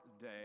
day